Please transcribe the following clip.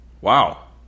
Wow